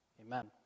Amen